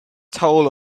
toll